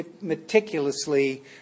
meticulously